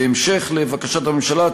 בהמשך לבקשת הממשלה,